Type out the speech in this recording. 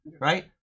right